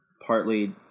partly